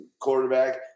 quarterback